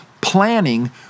Planning